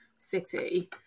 city